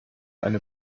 eine